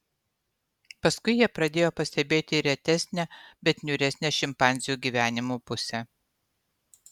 paskui jie pradėjo pastebėti ir retesnę bet niūresnę šimpanzių gyvenimo pusę